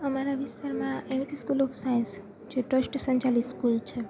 અમારા વિસ્તારમાં લેવિક સ્કૂલ ઓફ સાઈન્સ જે ટ્રસ્ટ સંચાલિત સ્કૂલ છે